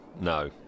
No